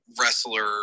wrestler